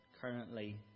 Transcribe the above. currently